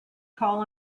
call